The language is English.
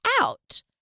out